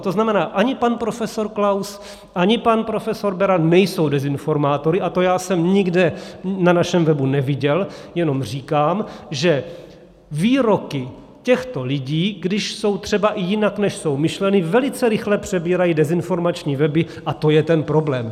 To znamená, ani pan profesor Klaus, ani pan profesor Beran nejsou dezinformátory a to já jsem nikde na našem webu neviděl, jenom říkám, že výroky těchto lidí, když jsou třeba i jinak, než jsou myšleny, velice rychle přebírají dezinformační weby a to je ten problém.